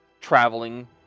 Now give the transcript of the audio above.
traveling